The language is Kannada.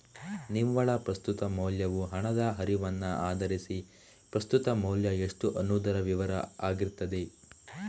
ನಿವ್ವಳ ಪ್ರಸ್ತುತ ಮೌಲ್ಯವು ಹಣದ ಹರಿವನ್ನ ಆಧರಿಸಿ ಪ್ರಸ್ತುತ ಮೌಲ್ಯ ಎಷ್ಟು ಅನ್ನುದರ ವಿವರ ಆಗಿರ್ತದೆ